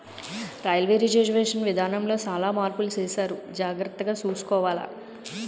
railway reservation విధానములో సాలా మార్పులు సేసారు జాగర్తగ సూసుకోవాల